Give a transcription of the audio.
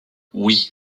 oui